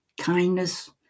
kindness